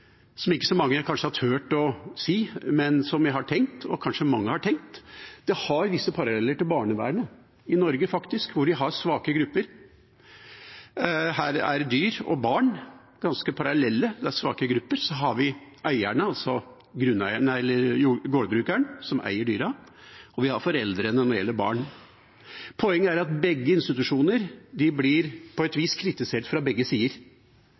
som ikke så mange kanskje har tort å nevne, men som jeg har tenkt, og kanskje mange har tenkt: Dette har visse paralleller til barnevernet i Norge, faktisk, hvor man har svake grupper. Her er dyr og barn ganske parallelle – det er svake grupper. Så har vi eierne, altså gårdbrukerne, som eier dyrene, og vi har foreldrene når det gjelder barn. Poenget er at begge institusjoner på et vis blir kritisert fra begge sider